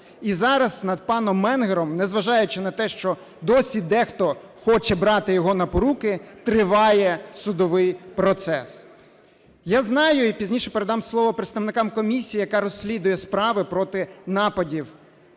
І зараз над паном Мангером, незважаючи на те, що досі дехто хоче брати його на поруки, триває судовий процес. Я знаю і пізніше передам слово представникам комісії, яка розслідує справи проти нападів